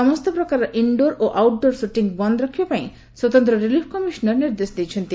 ସମସ୍ତ ପ୍ରକାରର indoor outdoor shooting ବନ୍ଦ ରଖିବା ପାଇଁ ସ୍ୱତନ୍ତ ରିଲିଫ୍ କମିଶନର ନିର୍ଦ୍ଦେଶ ଦେଇଛନ୍ତି